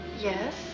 Yes